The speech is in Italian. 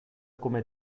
come